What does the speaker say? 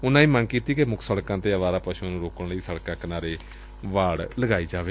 ਉਨਾਂ ਇਹ ਵੀ ਮੰਗ ਕੀਤੀ ਕਿ ਮੁੱਖ ਸੜਕਾ ਤੇ ਅਵਾਰਾ ਪਸੁਆ ਨੂੰ ਰੋਕਣ ਲਈ ਸੜਕਾ ਕਿਨਾਰੇ ਵਾੜ ਲਗਾਈ ਜਾਏ